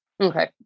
Okay